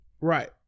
right